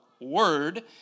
word